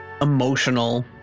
emotional